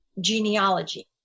genealogy